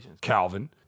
Calvin